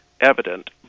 evident